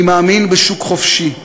אני מאמין בשוק חופשי,